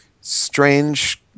strange